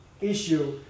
issue